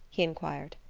he inquired.